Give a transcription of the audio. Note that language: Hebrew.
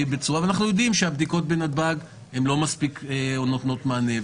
ואנחנו יודעים שהבדיקות בנתב"ג לא מספיק נותנות מענה,